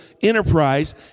enterprise